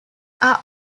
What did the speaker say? are